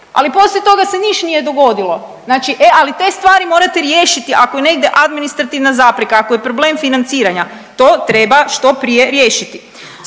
ali poslije toga se nije niš dogodilo, znači e ali te stvari morate riješiti ako je negdje administrativna zapreka, ako je problem financiranja to treba što prije riješiti.